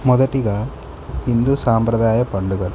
మొదటిగా హిందూ సాంప్రదాయ పండుగ